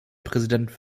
präsident